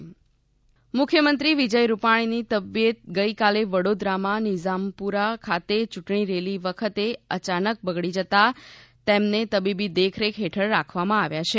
મુખ્યમંત્રી તબીયત મુખ્યમંત્રી વિજય રૂપાણીની તબીયત ગઈકાલે વડોદરામાં નિઝામપુરા ખાતે ચૂંટણી રેલી વખતે અચાનક બગડી જતા તેમને તબીબી દેખરેખ હેઠળ રાખવામાં આવ્યા છે